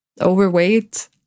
overweight